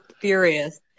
furious